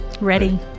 ready